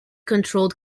controlled